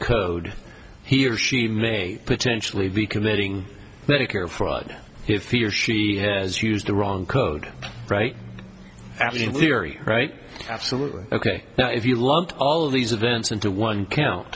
code he or she may potentially be committing medicare fraud if he or she has used the wrong code right action theory right absolutely ok now if you lump all of these events into one